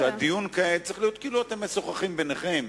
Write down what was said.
שהדיון כעת צריך להיות כאילו אתם משוחחים ביניכם,